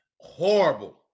horrible